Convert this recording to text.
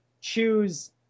choose